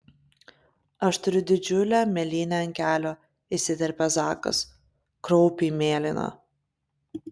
aš turiu didžiulę mėlynę ant kelio įsiterpia zakas kraupiai mėlyna